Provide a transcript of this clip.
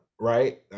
right